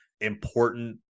important